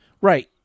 Right